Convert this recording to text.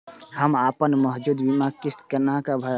हम अपन मौजूद बीमा किस्त केना भरब?